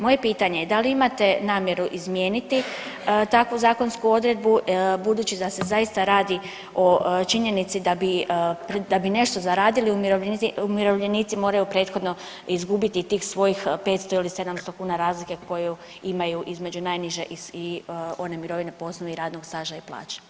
Moje pitanje je da li imate namjeru izmijeniti takvu zakonsku odredbu budući da se zaista radi o činjenici da bi, da bi nešto zaradili umirovljenici moraju prethodno izgubiti tih svojih 500 ili 700 kuna razlike koju imaju između najniže i one mirovine po osnovi radnog staža i plaće.